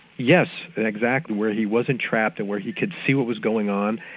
yes, exactly, where he wasn't trapped and where he could see what was going on.